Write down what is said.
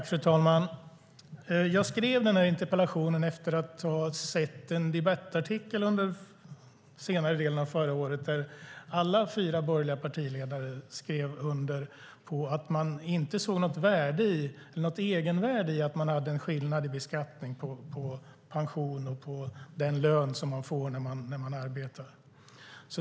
Fru talman! Jag skrev denna interpellation efter att under den senare delen av förra året ha sett en debattartikel där alla fyra borgerliga partiledare skrev under på att de inte såg något egenvärde i att ha en skillnad i beskattning av pension och den lön man får när man arbetar.